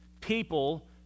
people